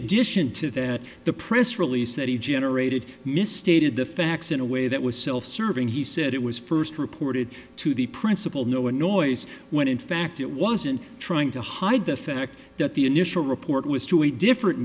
addition to that the press release that he generated misstated the facts in a way that was self serving he said it was first reported to the principal no noise when in fact it wasn't trying to hide the fact that the initial report was to a different